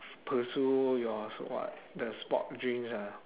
pursue your so call the sport dreams ah